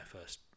first